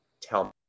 tell